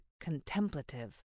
contemplative